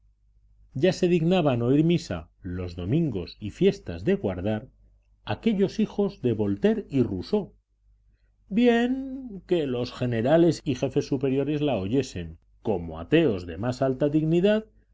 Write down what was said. ya se dignaban oír misa los domingos y fiestas de guardar aquellos hijos de voltaire y rousseau bien que los generales y jefes superiores la oyesen como ateos de más alta dignidad